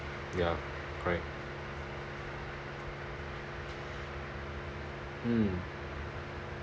ya correct mm